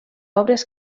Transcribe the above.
obres